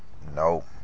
Nope